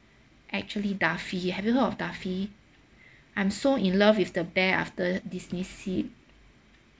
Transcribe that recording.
actually duffy have you heard of duffy I'm so in love with the bear after disneysea